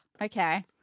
okay